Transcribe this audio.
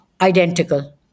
identical